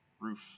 roof